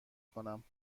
کنم